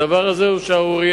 הדבר הזה הוא שערורייה.